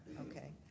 Okay